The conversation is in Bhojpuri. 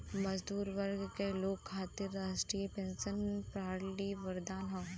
मजदूर वर्ग के लोग खातिर राष्ट्रीय पेंशन प्रणाली वरदान हौ